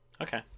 okay